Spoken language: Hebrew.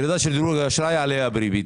ירידה בדירוג האשראי תוביל לעלייה בריבית.